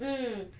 mm